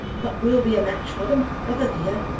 but we'll be a match for them, never fear